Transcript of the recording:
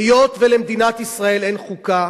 היות שלמדינת ישראל אין חוקה,